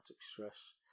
stress